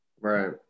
Right